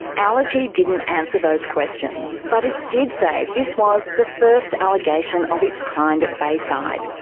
allity didn't answer those questions. but it did say this was the first allegation of its kind at bayside,